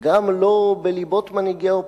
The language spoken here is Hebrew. גם לא בליבות מנהיגי האופוזיציה,